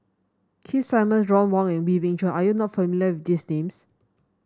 Keith Simmons Ron Wong and Wee Beng Chong are you not familiar with these names